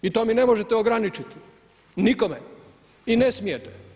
I to mi ne možete ograničiti, nikome i ne smijete.